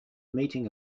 meeting